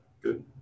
good